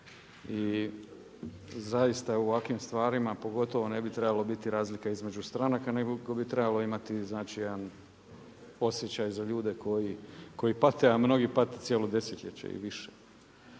i zaista, u ovakvim stvarima, pogotovo ne bi trebalo biti razlike između stranaka, nego bi trebalo imati jedan osjećaj za ljude koji pate, a mnogi pate cijelo desetljeće i više.